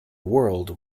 world